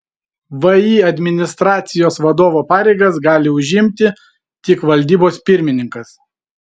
vį administracijos vadovo pareigas gali užimti tik valdybos pirmininkas